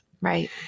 Right